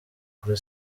kuri